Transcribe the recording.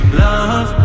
love